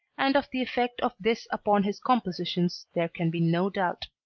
and of the effect of this upon his compositions there can be no doubt.